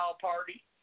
party